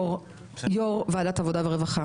יו"ר ועדת העבודה והרווחה.